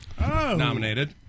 nominated